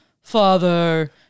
Father